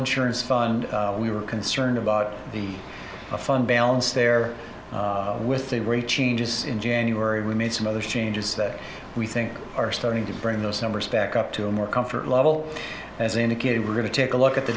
insurance fund we were concerned about the fund balance there with the rate changes in january we made some other changes that we think are starting to bring those numbers back up to a more comfort level as indicated we're going to take a look at the